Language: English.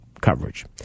coverage